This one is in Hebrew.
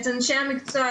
את אנשי המקצוע,